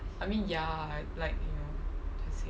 I mean ya like like you know the same